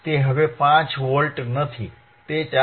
તે હવે 5 વોલ્ટ નથી તે 4